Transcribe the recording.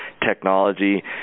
technology